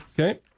Okay